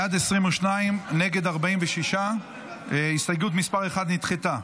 בעד, 22, נגד, 46. הסתייגות מס' 1 נדחתה.